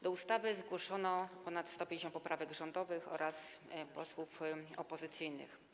Do ustawy zgłoszono ponad 150 poprawek rządowych oraz poprawek posłów opozycyjnych.